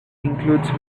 includes